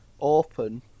open